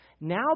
now